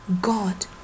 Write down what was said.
God